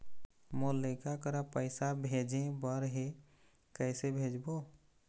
मोर लइका करा पैसा भेजें बर हे, कइसे भेजबो?